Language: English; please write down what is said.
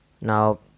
Now